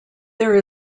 there